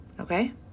Okay